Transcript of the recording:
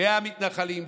המתנחלים,